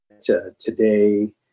today